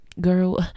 girl